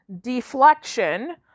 Deflection